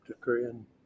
Korean